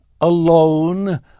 alone